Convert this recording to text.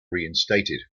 reinstated